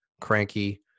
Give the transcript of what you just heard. cranky